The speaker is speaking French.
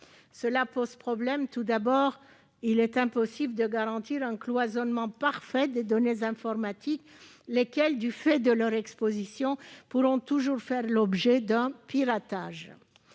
pose problème. Tout d'abord, il est impossible de garantir un cloisonnement parfait des données informatiques, lesquelles, du fait de leur exposition, pourront toujours faire l'objet d'un piratage.